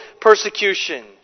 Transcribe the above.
persecution